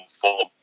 form